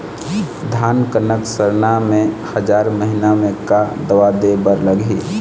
धान कनक सरना मे हजार महीना मे का दवा दे बर लगही?